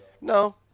No